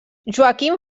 joaquim